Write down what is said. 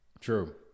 True